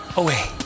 away